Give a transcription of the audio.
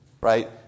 right